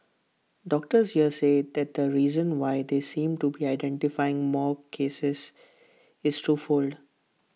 doctors here say that the reason why they seem to be identifying more cases is twofold